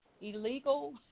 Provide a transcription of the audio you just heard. illegal